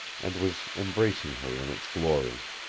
and was embracing her in its glory.